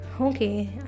okay